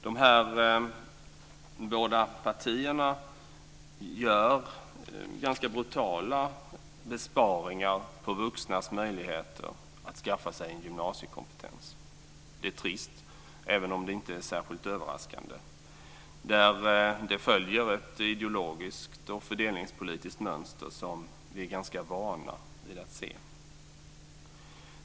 De här båda partierna gör ganska brutala besparingar på vuxnas möjligheter att skaffa sig gymnasiekompetens. Det är trist, även om det inte är särskilt överraskande. Det följer ett ideologiskt och fördelningspolitiskt mönster som vi är ganska vana vid att se.